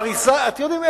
אתם יודעים,